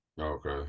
Okay